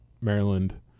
Maryland